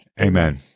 Amen